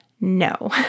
no